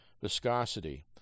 Viscosity